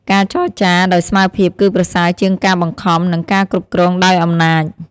ការចរចាដោយស្មើភាពគឺប្រសើរជាងការបង្ខំ និងការគ្រប់គ្រងដោយអំណាច។